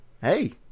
hey